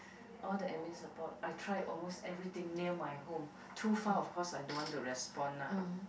all the admin support I tried almost everything near my home too far of course I don't want to respond lah